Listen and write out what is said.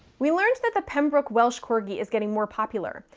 we learned that the pembroke welsh corgi is getting more popular,